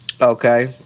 Okay